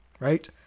right